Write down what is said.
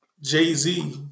Jay-Z